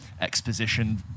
exposition